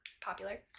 Popular